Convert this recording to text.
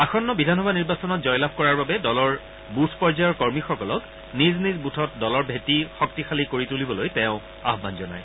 আসন্ন বিধানসভা নিৰ্বাচনত জয়লাভ কৰাৰ বাবে দলৰ বুথ পৰ্যায়ৰ কৰ্মীসকলক নিজ নিজ বুথত দলৰ ভেটি শক্তিশালী কৰি তুলিবলৈ তেওঁ আহান জনায়